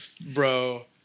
bro